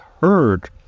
heard